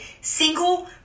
single